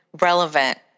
relevant